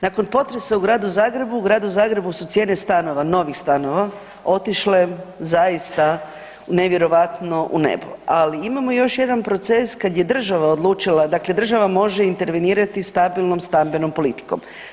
Nakon potresa u gradu Zagrebu, u gradu Zagrebu su cijene stanova, novih stanova otišle zaista nevjerovatno u nebo, ali imamo još jedan proces kad je država odlučila dakle, država može intervenirati stabilnom stambenom politikom.